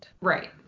Right